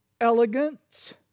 elegance